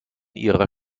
ihrer